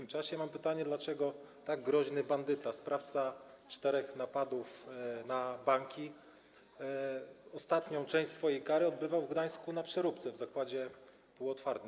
Mam pytanie: Dlaczego tak groźny bandyta, sprawca czterech napadów na banki, ostatnią część swojej kary odbywał w Gdańsku-Przeróbce, w zakładzie półotwartym?